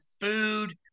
food